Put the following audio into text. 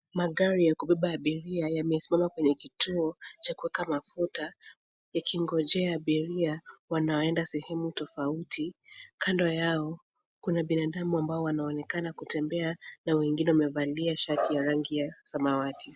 Magari ya kubeba abiria yamesimama kwenye kituo cha kuweka mafuta ikingojea abiria wanaoenda sehemu tofauti. Kando yao kuna binadamu ambao wanaonekana kutembea na wengine wamevalia shati ya rangi ya samawati.